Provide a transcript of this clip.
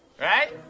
Right